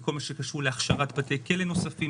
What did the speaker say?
בכל מה שקשור בהכשרת בתי כלא נוספים.